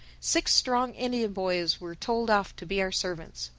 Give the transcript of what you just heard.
six strong indian boys were told off to be our servants.